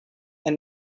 and